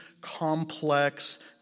complex